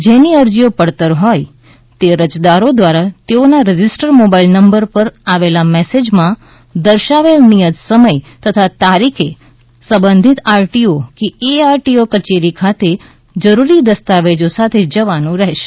જેની અરજીઓ પડતર હોય તે અરજદારો દ્વારા તેઓના રજીસ્ટર્ડ મોબાઇલ નંબર પર આવેલ મેસેજમાં દર્શાવેલ નિયત સમય તથા તારીખે સંબંધિત આરટીઓ એઆરટીઓ કચેરીઓ ખાતે જરૂરી દસ્તાવેજો સાથે જવાનું રહેશે